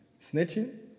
Snitching